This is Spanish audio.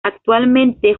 actualmente